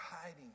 hiding